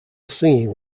singing